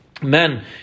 men